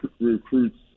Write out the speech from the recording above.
recruits